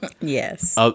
Yes